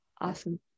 Awesome